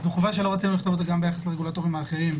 זו חובה שלא רצינו לכתוב אותה גם ביחס לרגולטורים האחרים,